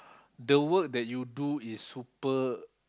the work that you do is super